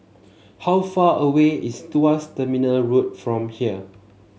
how far away is Tuas Terminal Road from here